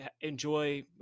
enjoy